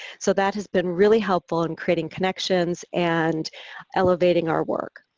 so that has been really helpful in creating connections and elevating our work.